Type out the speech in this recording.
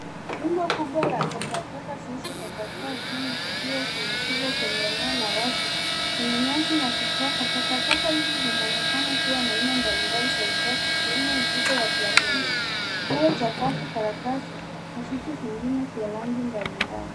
Rundo kubwa la takataka zilizotapakaa chini zikiwa zimetupwa kwenye eneo la wazi Lenye nyasi na vijaka. Takataka hizi zinaonekana kuwa na aina mbalimbali za uchafu ikiwemo mifuko za plastiki, nguo cha kavu, karatasi na vitu vingine vya rangi mbalimbali.